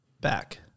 back